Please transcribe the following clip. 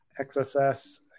XSS